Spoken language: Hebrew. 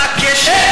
מה הקשר?